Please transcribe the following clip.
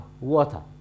water